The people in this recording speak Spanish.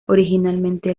originalmente